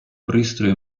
пристрої